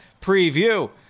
preview